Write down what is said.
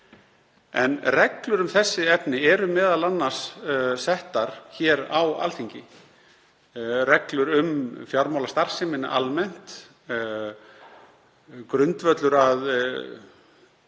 En reglur um þessi efni eru m.a. settar hér á Alþingi, reglur um fjármálastarfsemina almennt. Grundvöllur að